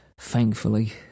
thankfully